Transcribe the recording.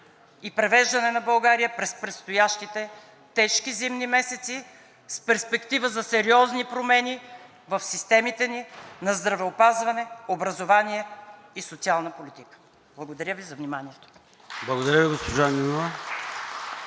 и превеждане на България през предстоящите тежки зимни месеци, с перспектива за сериозни промени в системите ни на здравеопазване, образование и социална политика. Благодаря Ви за вниманието.